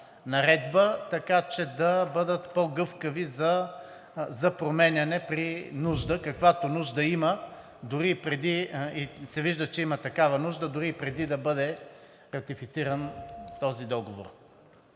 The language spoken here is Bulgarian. наредба, така че да бъдат по-гъвкави за променяне при нужда, каквато нужда има. Вижда се, че има такава нужда дори и преди да бъде ратифициран този договор.